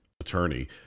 attorney